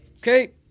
Okay